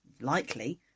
Likely